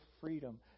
freedom